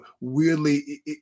weirdly